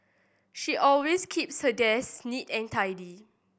she always keeps her desk neat and tidy